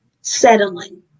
settling